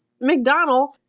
McDonald